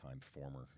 former